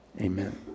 amen